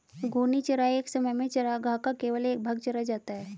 घूर्णी चराई एक समय में चरागाह का केवल एक भाग चरा जाता है